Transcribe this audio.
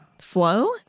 Flow